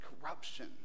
corruption